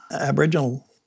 Aboriginal